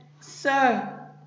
Sir